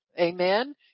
Amen